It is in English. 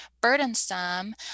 burdensome